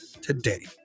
today